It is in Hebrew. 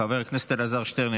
חבר הכנסת אלעזר שטרן,